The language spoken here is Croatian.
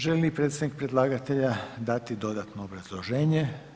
Želi li predstavnik predlagatelja dati dodatno obrazloženje?